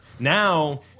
Now